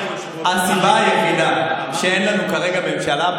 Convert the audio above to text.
הסיבה היחידה שאין לנו כרגע ממשלה,